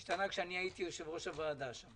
והשתנה כשאני הייתי יושב-ראש הוועדה.